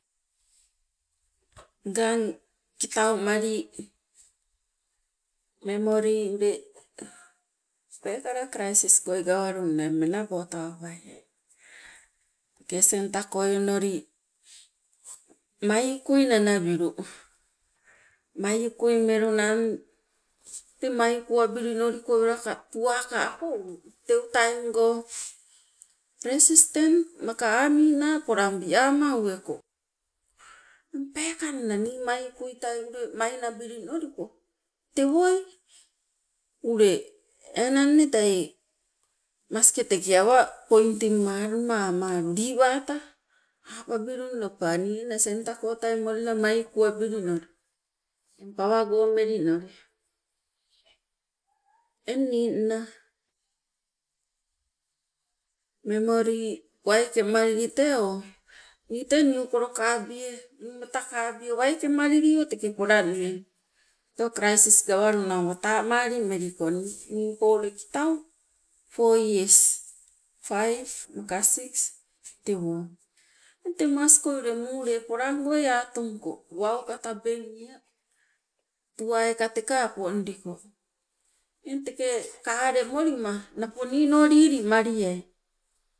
Ngang kitaumali memori ule peekala crisis goi gawalunna menabotawabai. Care centre onoli mai ukui nanabilu, mai ukui melunang tee mai ukuwabilinoloko welaka tuuwa ka apouu teu taim go resistent maka ami naa polang wiama uweko, eng peekanna nii mai ukuitai ule mainabili noliko tewoi ule enanne tei maskete ke awa pointing malima amalu lii wata? Apabilu lopa nii centre kotai molila mai ukuwabilinoli, eng pawago melinoli. Eng ningna memory waikemalili tee o nii tee niukolo kabie, niumata kabie waikemalilio teke polanne tee o crisis gawalunang watamali meliko ningpo ule kitau four years, five maka six tewo teng temasko ule muule polongoi atungko wauka ule tabeng lea, tuwai ka teka apondiko. Eng teke kalemolima napo niino lilimaliai,